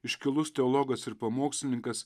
iškilus teologas ir pamokslininkas